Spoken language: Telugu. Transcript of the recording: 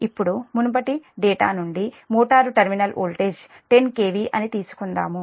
ఇప్పుడు మునుపటి డేటా నుండి మోటారు టెర్మినల్ వోల్టేజ్ 10 KV అని తీసుకుందాము